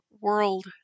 world